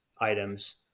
items